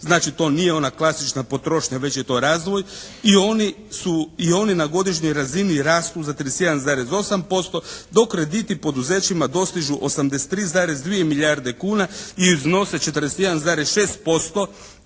Znači to nije ona klasična potrošnja već je to razvoj i oni su, i oni na godišnjoj razini rastu za 31,8% dok krediti poduzećima dostižu 83,2 milijarde kuna i iznose 41,6%